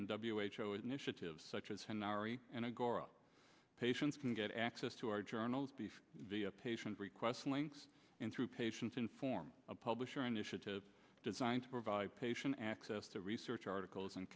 in w h o initiatives such as henry and a girl patients can get access to our journals beef via patient request links and through patients and form a publisher initiative designed to provide patient access to research articles and